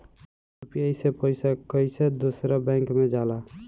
UPI से पैसा कैसे दूसरा बैंक मे जाला?